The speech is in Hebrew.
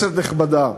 כנסת נכבדה,